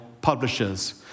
publishers